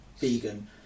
vegan